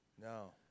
No